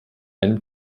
einem